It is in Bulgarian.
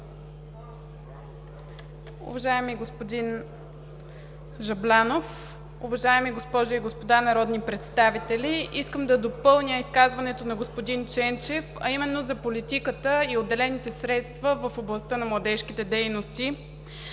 Уважаеми господин Жаблянов, уважаеми госпожи и господа народни представители! Искам да допълня изказването на господин Ченчев, а именно за политиката и отделените средства в областта на младежките дейности.